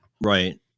Right